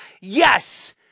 Yes